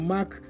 Mark